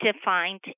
defined